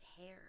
hair